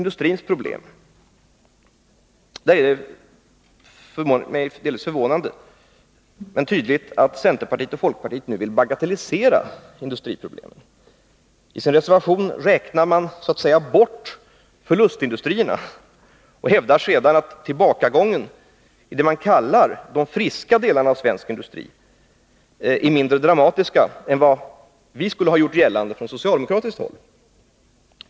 Det är tydligt men delvis förvånande att centerpartiet och folkpartiet vill bagatellisera industrins problem. I sin reservation räknar de så att säga bort förlustindustrierna och hävdar sedan att tillbakagången i vad de kailar de friska delarna av svensk industri är mindre dramatisk än vad vi skulle ha gjort gällande från socialdemokratiskt håll.